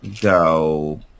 go